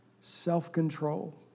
self-control